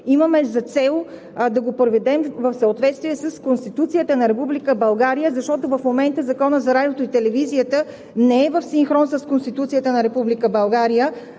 имаме за цел да го приведем в съответствие с Конституцията на Република България, защото в момента Законът за радиото и телевизията не е в синхрон с Конституцията на Република България,